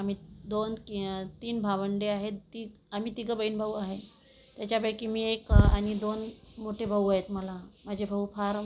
आम्ही दोन तीन भावंडे आहेत की आम्ही तिघं बहीण भाऊ आहे त्याच्यापैकी मी एक आणि दोन मोठे भाऊ आहेत मला माझे भाऊ फार